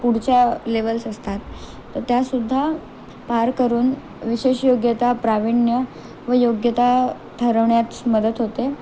पुढच्या लेवल्स असतात तर त्यासुद्धा पार करून विशेष योग्यता प्राविण्य व योग्यता ठरवण्यातच मदत होते